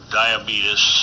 diabetes